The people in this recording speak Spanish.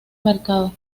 mercado